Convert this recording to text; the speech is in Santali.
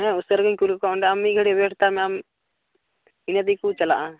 ᱦᱮᱸ ᱩᱥᱟᱹᱨᱟᱜᱮᱧ ᱠᱩᱞ ᱠᱟᱠᱚᱣᱟ ᱚᱸᱰᱮ ᱟᱢ ᱢᱤᱫ ᱜᱷᱟᱹᱲᱤᱡ ᱚᱭᱮᱴ ᱦᱟᱛᱟᱲ ᱢᱮ ᱟᱢ ᱤᱱᱟᱹ ᱛᱮᱜᱮ ᱠᱚ ᱪᱟᱞᱟᱜᱼᱟ